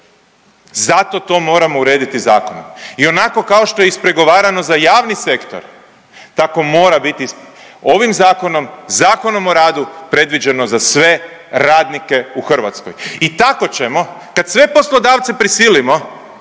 Zato to moramo urediti zakonom i onako kao što je ispregovarano za javni sektor, tako mora biti ovim Zakonom, ZOR-om predviđeno za sve radnike u Hrvatskoj i tako ćemo kad sve poslodavce prisilimo